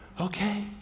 Okay